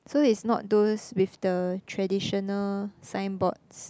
so it's not those with the traditional sign boards